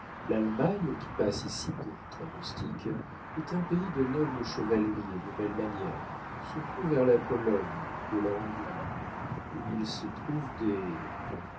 l'allemagne qui passe ici pour très rustique est un pays de noble chevalerie et de belles manières surtout vers la pologne et la hongrie où il se trouve des